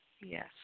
Yes